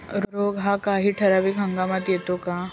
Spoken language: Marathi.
रोग हा काही ठराविक हंगामात येतो का?